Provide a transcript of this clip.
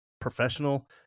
professional